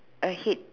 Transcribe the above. a head